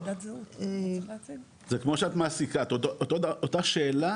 זה כמו שאת מעסיקה, אותה שאלה